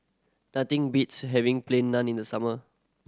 nothing beats having Plain Naan in the summer